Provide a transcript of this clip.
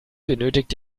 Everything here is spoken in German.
benötigt